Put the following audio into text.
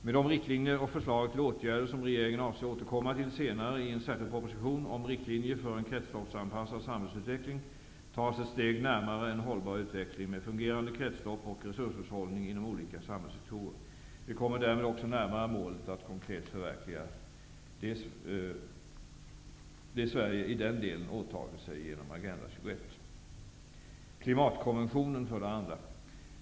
Med de riktlinjer och förslag till åtgärder som regeringen avser att återkomma till senare i en särskild proposition om riktlinjer för en kretsloppsanpassad samhällsutveckling tas ett steg närmare en hållbar utveckling med fungerande kretslopp och resurshushållning inom olika samhällssektorer. Vi kommer därmed också närmare målet att konkret förverkliga det som Sverige i den delen har åtagit sig genom Agenda 21. För det andra: Klimatkonventionen.